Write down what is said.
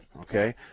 okay